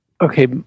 Okay